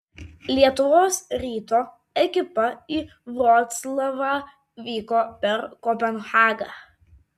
lietuvos ryto ekipa į vroclavą vyko per kopenhagą